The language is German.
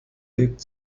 lebt